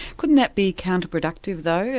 couldn't that be counter-productive though,